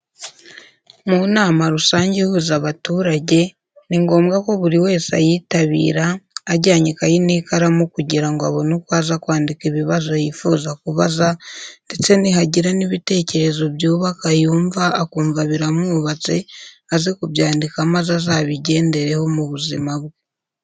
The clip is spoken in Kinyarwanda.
Mu nama rusange ihuza abaturage, ni ngombwa ko buri wese ayitabira ajyanye ikayi n'ikaramu kugira ngo abone uko aza kwandika ibibazo yifuza kubaza ndetse nihagira n'ibitekerezo byubaka yumva akumva biramwubatse aze kubyandika maze azabigendereho mu buzima bwe.